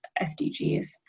SDGs